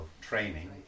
training